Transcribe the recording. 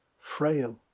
frail